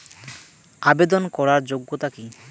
আবেদন করার যোগ্যতা কি?